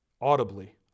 audibly